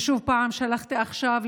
ושלחתי שוב עכשיו,